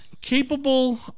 capable